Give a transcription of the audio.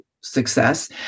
success